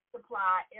supply